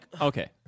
Okay